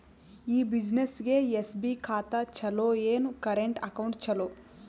ಈ ಬ್ಯುಸಿನೆಸ್ಗೆ ಎಸ್.ಬಿ ಖಾತ ಚಲೋ ಏನು, ಕರೆಂಟ್ ಅಕೌಂಟ್ ಚಲೋ?